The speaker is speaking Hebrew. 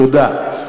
תודה.